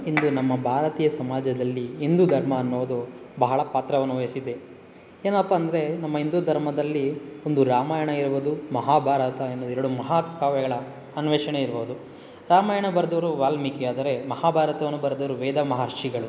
ಇಂದು ನಮ್ಮ ಭಾರತೀಯ ಸಮಾಜದಲ್ಲಿ ಹಿಂದೂ ಧರ್ಮ ಅನ್ನುವುದು ಬಹಳ ಪಾತ್ರವನ್ನು ವಹಿಸಿದೆ ಏನಪ್ಪ ಅಂದರೆ ನಮ್ಮ ಹಿಂದೂ ಧರ್ಮದಲ್ಲಿ ಒಂದು ರಾಮಾಯಣ ಇರ್ಬೋದು ಮಹಾಭಾರತ ಅನ್ನೋ ಎರಡು ಮಹಾಕಾವ್ಯಗಳ ಅನ್ವೇಷಣೆ ಇರ್ಬೋದು ರಾಮಾಯಣ ಬರೆದೋರು ವಾಲ್ಮೀಕಿ ಆದರೆ ಮಹಾಭಾರತವನ್ನು ಬರ್ದೋರು ವೇದ ಮಹರ್ಷಿಗಳು